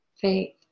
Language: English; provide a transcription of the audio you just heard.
faith